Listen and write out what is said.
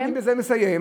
בזה אני מסיים.